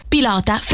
Pilota